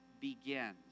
begins